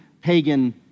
pagan